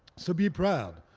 so be proud.